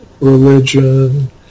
religion